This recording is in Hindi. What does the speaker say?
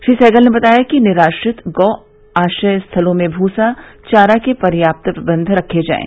श्री सहगल ने बताया कि निराश्रित गौ आश्रय स्थलों में भूसा चारा के पर्याप्त प्रबंध रखे जायें